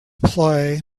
play